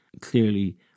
clearly